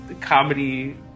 comedy